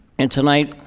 and tonight